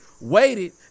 waited